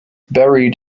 buried